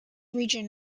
region